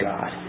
God